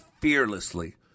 fearlessly